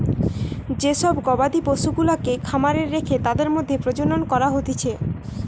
যে সব গবাদি পশুগুলাকে খামারে রেখে তাদের মধ্যে প্রজনন করা হতিছে